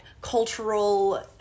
cultural